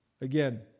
again